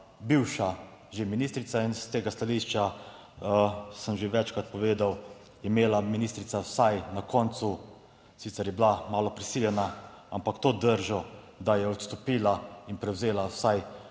bivša že ministrica. In s tega stališča sem že večkrat povedal, je imela ministrica vsaj na koncu, sicer je bila malo prisiljena, ampak to držo, da je odstopila in prevzela vsaj